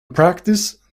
practice